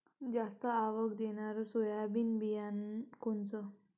जास्त आवक देणनरं सोयाबीन बियानं कोनचं?